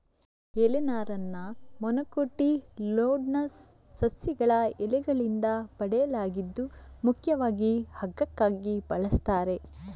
ಎಲೆ ನಾರನ್ನ ಮೊನೊಕೊಟಿಲ್ಡೋನಸ್ ಸಸ್ಯಗಳ ಎಲೆಗಳಿಂದ ಪಡೆಯಲಾಗಿದ್ದು ಮುಖ್ಯವಾಗಿ ಹಗ್ಗಕ್ಕಾಗಿ ಬಳಸ್ತಾರೆ